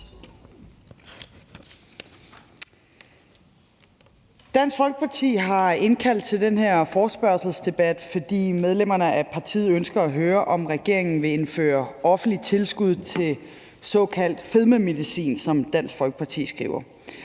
Dansk Folkeparti har indkaldt til den her forespørgselsdebat, fordi medlemmerne af partiet ønsker at høre, om regeringen vil indføre offentligt tilskud til såkaldt fedmemedicin, som Dansk Folkeparti skriver.